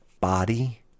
body